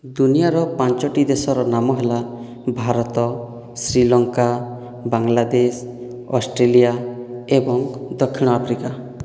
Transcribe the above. ଦୁନିଆର ପାଞ୍ଚଟି ଦେଶର ନାମ ହେଲା ଭାରତ ଶ୍ରୀଲଙ୍କା ବାଂଲାଦେଶ ଅଷ୍ଟ୍ରେଲିଆ ଏବଂ ଦକ୍ଷିଣ ଆଫ୍ରିକା